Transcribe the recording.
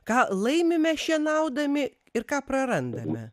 ką laimime šienaudami ir ką prarandame